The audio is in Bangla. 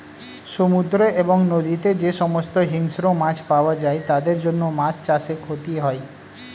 সমুদ্র এবং নদীতে যে সমস্ত হিংস্র মাছ পাওয়া যায় তাদের জন্য মাছ চাষে ক্ষতি হয়